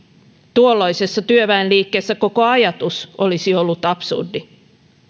tuolloisessa työväenliikkeessä koko ajatus olisi ollut absurdi